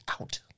out